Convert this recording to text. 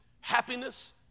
happiness